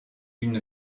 une